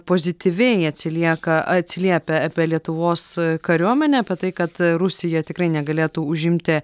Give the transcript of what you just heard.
pozityviai atsilieka atsiliepia apie lietuvos kariuomenę apie tai kad rusija tikrai negalėtų užimti